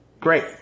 Great